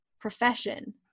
profession